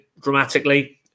dramatically